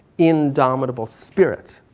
indomitable spirit.